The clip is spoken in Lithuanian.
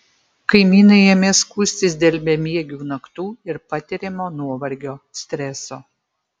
kaimynai ėmė skųstis dėl bemiegių naktų ir patiriamo nuovargio streso